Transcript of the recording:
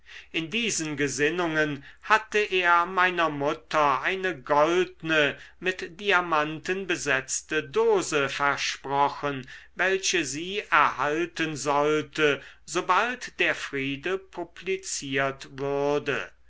in diesen gesinnungen hatte er meiner mutter eine goldne mit diamanten besetzte dose versprochen welche sie erhalten sollte sobald der friede publiziert würde